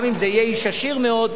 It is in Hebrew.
גם אם זה יהיה איש עשיר מאוד,